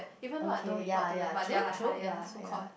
even though I don't report to them but they are like higher so called